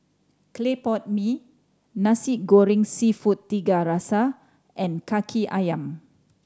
clay pot mee Nasi Goreng Seafood Tiga Rasa and Kaki Ayam